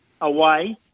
away